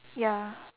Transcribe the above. ya